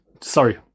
Sorry